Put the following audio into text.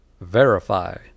Verify